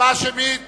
הצבעה שמית